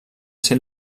ser